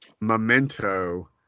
Memento